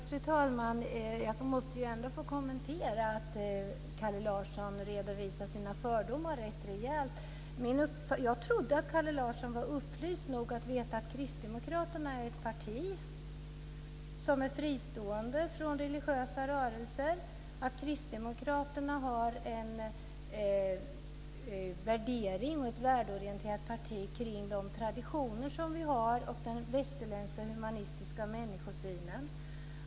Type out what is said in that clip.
Fru talman! Jag måste ändå få kommentera att Kalle Larsson redovisar sina fördomar rätt rejält. Jag trodde att Kalle Larsson var upplyst nog att veta att Kristdemokraterna är ett parti som är fristående från religiösa rörelser, att Kristdemokraterna har en värdering och är ett värdeorienterat parti kring de traditioner som vi har och den västerländska humanistiska människosynen.